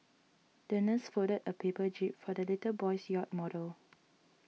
the nurse folded a paper jib for the little boy's yacht model